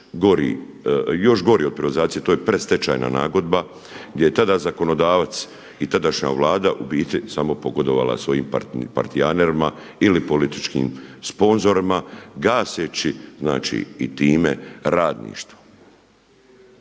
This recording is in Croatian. još gori od privatizacije, to je predstečajna nagodba gdje je tada zakonodavac i tadašnja Vlada u biti samo pogodovala svojim partijanerima ili političkim sponzorima gaseći znači i time radništvo.